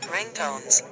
Ringtones